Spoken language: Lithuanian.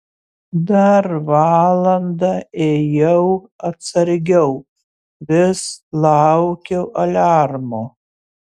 dar valandą ėjau atsargiau vis laukiau aliarmo